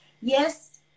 yes